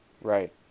Right